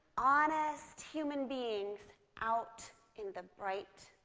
honest human beings out in the bright,